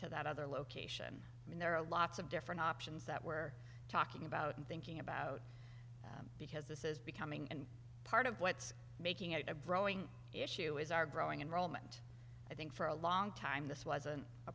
to that other location i mean there are lots of different options that we're talking about and thinking about because this is becoming and part of what's making it a growing issue is our growing and role meant i think for a long time this wasn't a